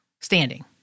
standing